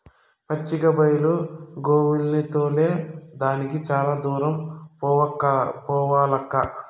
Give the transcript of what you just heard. పచ్చిక బైలు గోవుల్ని తోలే దానికి చాలా దూరం పోవాలక్కా